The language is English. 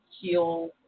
heal